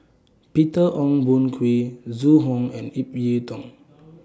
Peter Ong Boon Kwee Zhu Hong and Ip Yiu Tung